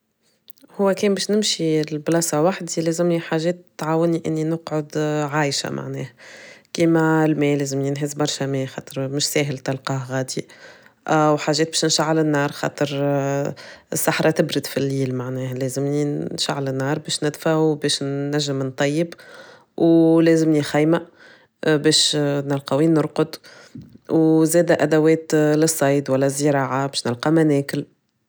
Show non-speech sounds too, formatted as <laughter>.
هو كاين باش نمشي لبلاصة وحدي لازمني حاجات تعاوني اني نقعد عايشة معناه، كيما الماه لازم ينهز برشا ماه خاطر مش ساهل تلقاه غادي <hesitation> وحاجات باش نشعل النار خاطر <hesitation> الصحراء تبرد في الليل معناها لازمني نشعل النار باش ندى وباش ننجم نطيب ولازمني خايمة باش نلقاو وين نرقد وزاد أدوات للصيد وللزراعة باش نلقى ما ناكل.